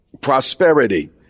prosperity